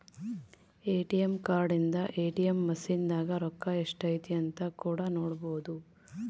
ATM card ಇಂದ ATM machine ದಾಗ ರೊಕ್ಕ ಎಷ್ಟೈತೆ ಅಂತ ಕೂಡ ನೊಡ್ಬೊದು